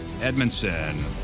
Edmondson